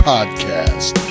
Podcast